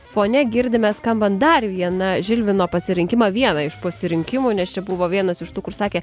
fone girdime skambant dar viena žilvino pasirinkimą vieną iš pasirinkimų nes čia buvo vienas iš tų kur sakė